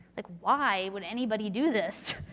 like why would anybody do this?